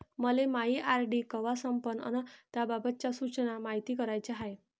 मले मायी आर.डी कवा संपन अन त्याबाबतच्या सूचना मायती कराच्या हाय